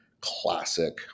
classic